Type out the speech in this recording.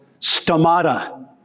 Stomata